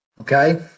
okay